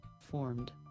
Formed